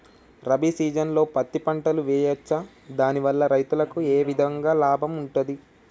రబీ సీజన్లో పత్తి పంటలు వేయచ్చా దాని వల్ల రైతులకు ఏ విధంగా లాభం ఉంటది?